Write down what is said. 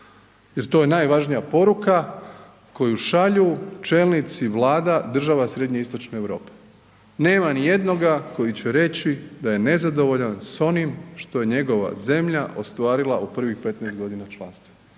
jer to je najvažnija poruka koju šalju čelnici vlada država srednje i istočne Europe. Nema ni jednoga koji će reći da je nezadovoljan s onim što je njegova zemlja ostvarila u prvih 15 godina članstva.